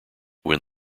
when